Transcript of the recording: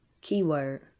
Keyword